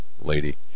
Lady